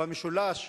במשולש,